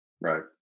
Right